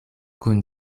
kun